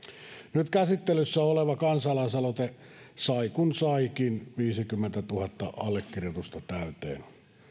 nyt käsittelyssä oleva kansalaisaloite sai kuin saikin viisikymmentätuhatta allekirjoitusta täyteen